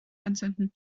anzünden